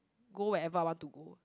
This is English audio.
go wherever I want to go